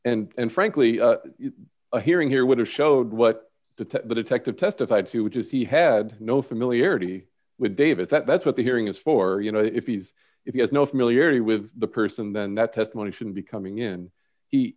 and frankly a hearing here would have showed what did the detective testified to which is he had no familiarity with dave if that's what the hearing is for you know if he's if he has no familiarity with the person then that testimony should be coming in he